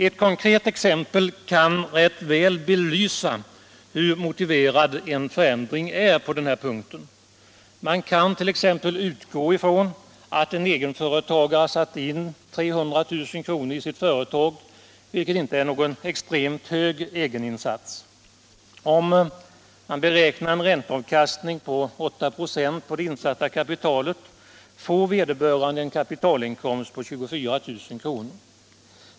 Ett konkret exempel kan rätt väl belysa hur motiverad en förändring är på den här punkten. Man kan t.ex. utgå från att en egenföretagare satt in 300 000 kr. i sitt företag, vilket inte är någon extremt hög egeninsats. Om man beräknar en ränteavkastning på 8 26 på det insatta kapitalet får vederbörande en kapitalinkomst på 24 000 kr.